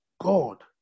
God